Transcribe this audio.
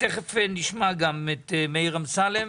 תיכף נשמע גם את מאיר אמסלם.